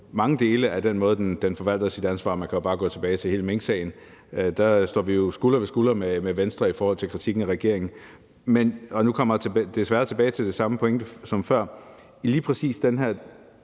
mange tilfælde forvalter sit ansvar på en måde – man kan jo bare gå tilbage til hele minksagen – som får os til at stå skulder ved skulder med Venstre i forhold til kritikken af regeringen. Men – og nu kommer jeg desværre tilbage til den samme pointe som før – lige præcis med hensyn